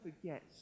forget